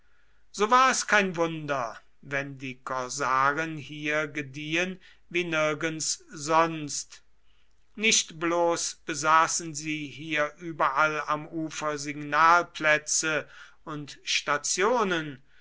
so war es kein wunder wenn die korsaren hier gediehen wie nirgends sonst nicht bloß besaßen sie hier überall am ufer signalplätze und stationen